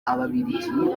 ababiligi